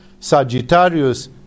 Sagittarius